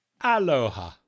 Aloha